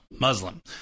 Muslim